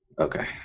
Okay